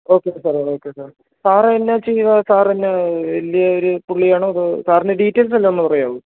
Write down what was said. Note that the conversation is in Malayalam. okay sir okay sir sir എന്നാ ചെയ്യുവാണ് സാറെന്നാ വലിയ ഒരു പുള്ളിയാണോ അതോ സാറിൻറ്റെ ഡീറ്റെയിൽസെല്ലാമൊന്ന് പറയാമോ